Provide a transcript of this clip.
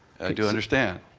i do understand.